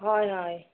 হয় হয়